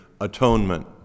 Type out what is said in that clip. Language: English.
atonement